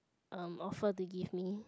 um offer to give me